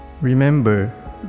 Remember